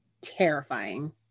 terrifying